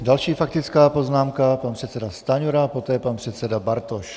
Další faktická poznámka, pan předseda Stanjura, poté pan předseda Bartoš.